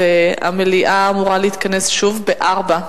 והמליאה אמורה להתכנס שוב ב-16:00,